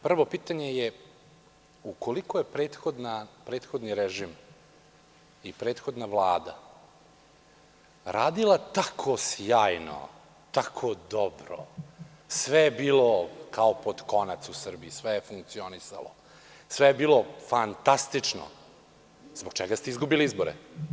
Prvo pitanje je – ukoliko je prethodni režim i prethodna Vlada radila tako sjajno, tako dobro, sve je bilo kao pod konac u Srbiji, sve je funkcionisalo, sve je bilo fantastično, zbog čega ste izgubili izbore?